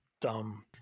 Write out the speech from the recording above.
dumb